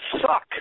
suck